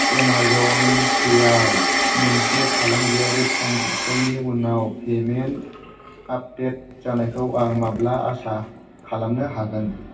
Amazon Pay आव मोनसे फालांगियारि ट्रेन्जेक्सननि उनाव पेमेन्ट आपडेट जानायखौ आं माब्ला आसा खालामनो हागोन